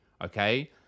Okay